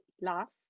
laugh